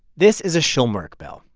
this is a schulmerich bell,